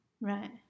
Right